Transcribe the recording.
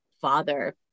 father